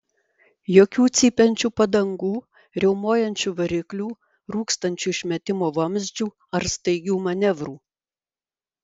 jokių cypiančių padangų riaumojančių variklių rūkstančių išmetimo vamzdžių ar staigių manevrų